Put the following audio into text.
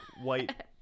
white